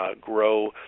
grow